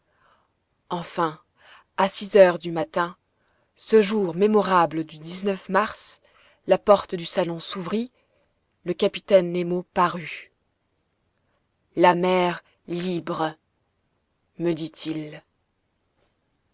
enfin à six heures du matin ce jour mémorable du mars la porte du salon s'ouvrit le capitaine nemo parut la mer libre me dit-il